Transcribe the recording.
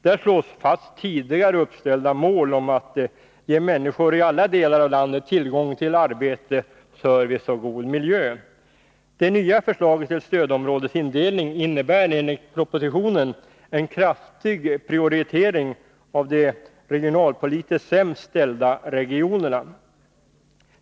Där slås fast tidigare uppställda mål om att ge människor i alla delar av landet tillgång till arbete, service och god miljö. Det nya förslaget till stödområdesindelning innebär enligt propositionen en kraftig prioritering av de regionalpolitiskt sämst ställda regionerna.